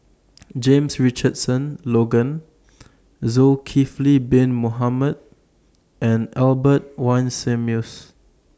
James Richardson Logan Zulkifli Bin Mohamed and Albert Winsemius